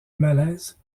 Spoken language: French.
malaise